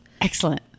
excellent